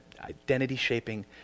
identity-shaping